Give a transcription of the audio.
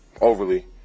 Overly